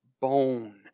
bone